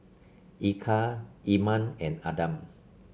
Eka Iman and Adam